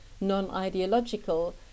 non-ideological